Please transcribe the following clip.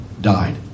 died